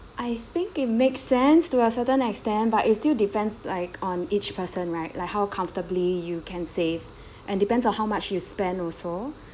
I think it makes sense to a certain extent but it's still depends like on each person right like how comfortably you can save and depends on how much you spend also